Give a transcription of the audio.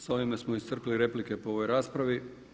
Sa ovime smo iscrpili replike po ovoj raspravi.